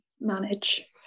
manage